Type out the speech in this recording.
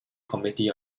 committee